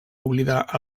oblidar